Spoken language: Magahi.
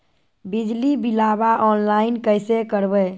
बिजली बिलाबा ऑनलाइन कैसे करबै?